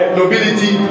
nobility